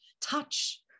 touch